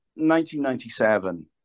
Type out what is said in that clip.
1997